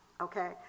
okay